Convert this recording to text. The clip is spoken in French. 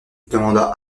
demanda